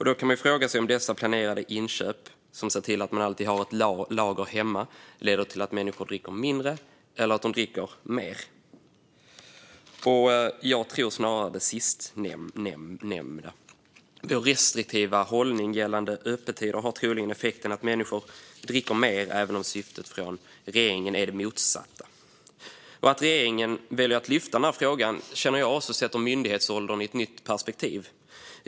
Då kan vi fråga oss om dessa planerade inköp, som gör att man alltid har ett lager hemma, leder till att människor dricker mindre eller till att de dricker mer. Jag tror snarare på det sistnämnda. Sveriges restriktiva hållning gällande öppettider har troligen effekten att människor dricker mer, även om syftet från regeringen är det motsatta. Att regeringen väljer att lyfta upp den här frågan sätter myndighetsåldern i ett nytt perspektiv, känner jag.